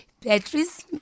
Patrice